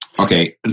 Okay